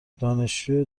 دانشجو